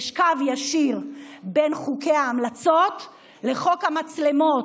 יש קו ישיר בין חוקי ההמלצות לחוק המצלמות: